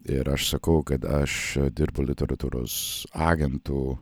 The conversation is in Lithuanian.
ir aš sakau kad aš dirbu literatūros agentu